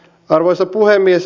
arvoisa puhemies